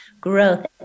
growth